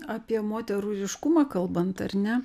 apie moterų vyriškumą kalbant ar ne